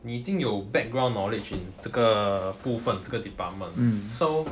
你已经有 background knowledge in 这个部分这个 department so